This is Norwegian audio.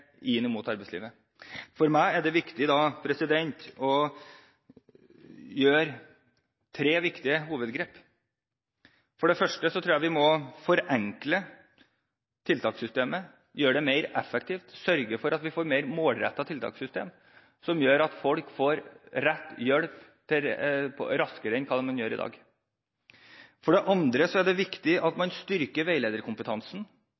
inn mot arbeidslivet. For meg er det da viktig å gjøre tre viktige hovedgrep: For det første tror jeg vi må forenkle tiltakssystemet, gjøre det mer effektivt og sørge for at vi får mer målrettede tiltakssystem som gjør at folk får rett hjelp raskere enn de gjør i dag. For det andre er det viktig at